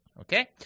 Okay